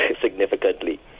significantly